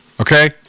Okay